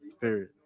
period